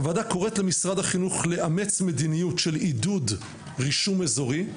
הוועדה קוראת למשרד החינוך לאמץ מדיניות של עידוד רישום אזורי,